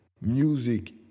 music